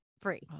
free